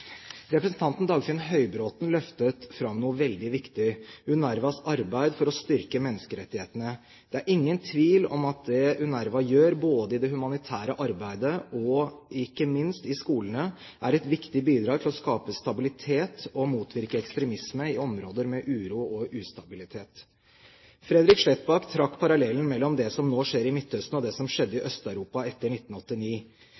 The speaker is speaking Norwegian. Representanten Dagfinn Høybråten løftet fram noe veldig viktig: UNRWAs arbeid for å styrke menneskerettighetene. Det er ingen tvil om at det UNRWA gjør både i det humanitære arbeidet og ikke minst i skolene, er et viktig bidrag for å skape stabilitet og motvirke ekstremisme i områder med uro og ustabilitet. Fredrik Sletbakk trakk parallellen mellom det som nå skjer i Midtøsten, og det som skjedde i